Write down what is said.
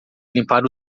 limpar